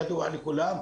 ידוע לכולם,